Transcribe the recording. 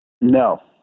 No